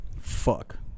Fuck